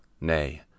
Nay